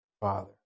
father